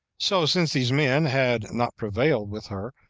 so since these men had not prevailed with her,